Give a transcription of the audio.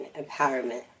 empowerment